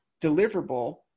deliverable